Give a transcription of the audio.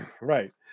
Right